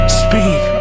speak